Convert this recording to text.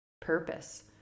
purpose